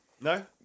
No